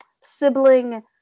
sibling